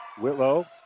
Whitlow